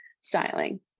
styling